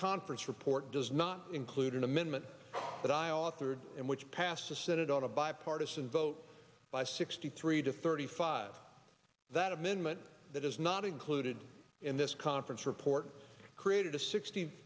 conference report does not include an amendment that i authored and which passed the senate on a bipartisan vote by sixty three to thirty five that amendment that is not included in this conference report created a sixty